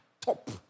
top